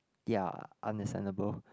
ya understandable